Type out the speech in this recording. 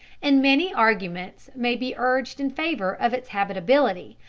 and many arguments may be urged in favor of its habitability,